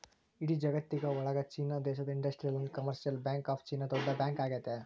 ಇಡೀ ಜಗತ್ತಿನ ಒಳಗ ಚೀನಾ ದೇಶದ industrial and commercial bank of China ದೊಡ್ಡ ಬ್ಯಾಂಕ್ ಆಗೈತೆ